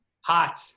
Hot